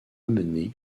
amené